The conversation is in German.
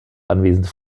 anwesende